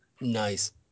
Nice